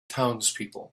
townspeople